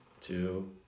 two